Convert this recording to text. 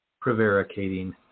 prevaricating